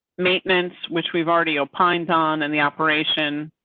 maintenance which we've already opined on and the operation.